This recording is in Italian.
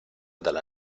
dalla